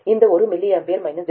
இந்த 1 mA minus 0